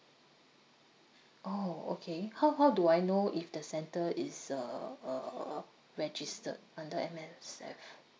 orh okay how how do I know if the centre is uh uh uh registered under M_S_F